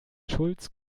schulz